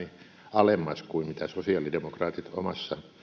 alemmas kuin mitä sosiaalidemokraatit omassa